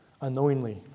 unknowingly